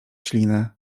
ślinę